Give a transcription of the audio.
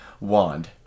wand